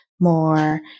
more